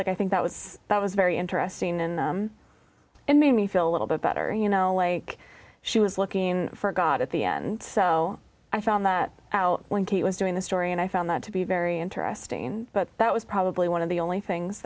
like i think that was that was very interesting in them and made me feel a little bit better you know like she was looking for god at the end so i found that out when kate was doing the story and i found that to be very interesting but that was probably one of the only things